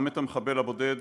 גם את המחבל הבודד,